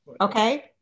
Okay